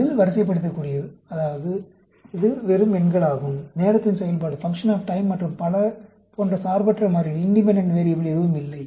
பதில் வரிசைப்படுத்தக் கூடியது அதாவது இது வெறும் எண்களாகும் நேரத்தின் செயல்பாடு மற்றும் பல போன்ற சார்பற்ற மாறி எதுவும் இல்லை